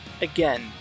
Again